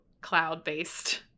cloud-based